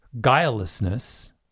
guilelessness